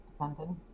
London